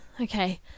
okay